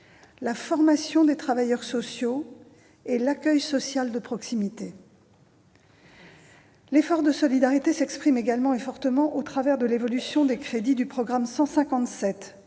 la formation des travailleurs sociaux et l'accueil social de proximité. L'effort de solidarité s'exprime également et fortement au travers de l'évolution des crédits du programme 157,